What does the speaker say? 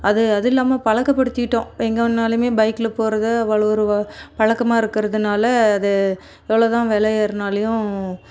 அது அது இல்லாமல் பழக்கப்படுத்திட்டோம் எங்கே வேணாலுமே பைக்கில போகறது அவள் ஒரு வா பழக்கமாக இருக்கிறதுனால அது எவ்ளோ தான் விலை ஏறுனாலையும்